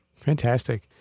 Fantastic